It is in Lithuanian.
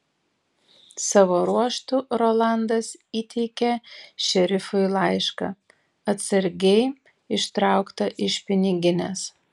savo ruožtu rolandas įteikė šerifui laišką atsargiai ištrauktą iš piniginės